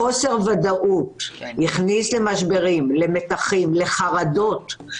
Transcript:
חוסר הוודאות הכניס למשברים, למתחים, לחרדות.